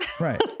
Right